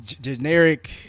generic